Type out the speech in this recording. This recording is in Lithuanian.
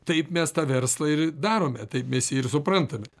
taip mes tą verslą ir darome taip mes jį ir suprantame